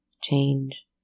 change